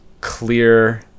clear